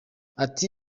ati